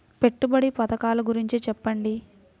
పెట్టుబడి పథకాల గురించి చెప్పండి?